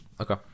okay